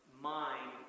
mind